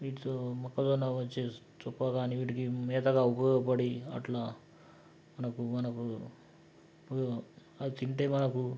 వీటితో మొక్కజొన్న చెస్ చొక్కా కాని వీటికి మేతగా ఉపయోగపడి అట్లా మనకు మనకు అది తింటే మనకు